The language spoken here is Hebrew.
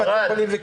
חולים.